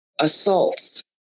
assaults